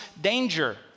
danger